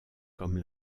comme